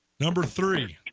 number thirty